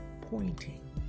pointing